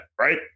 Right